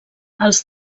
els